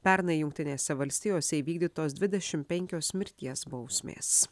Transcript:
pernai jungtinėse valstijose įvykdytos dvidešimt penkios mirties bausmės